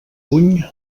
puny